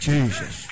Jesus